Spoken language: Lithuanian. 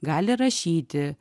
gali rašyti